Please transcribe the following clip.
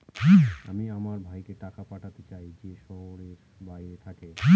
আমি আমার ভাইকে টাকা পাঠাতে চাই যে শহরের বাইরে থাকে